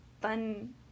fun